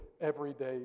everyday